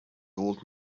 old